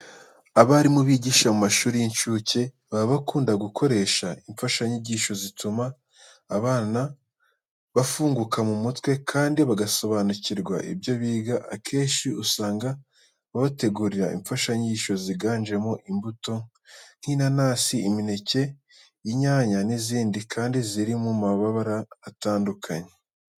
Abarimu bigisha mu mashuri y'incuke baba bakunda gukoresha imfashanyigisho zituma aba bana bafunguka mu mutwe kandi bagasobanukirwa ibyo biga. Akenshi usanga babategurira imfashanyigisho ziganjemo imbuto nk'inanasi, imineke, inyanya n'izindi kandi ziri no mu mabara atandukanye.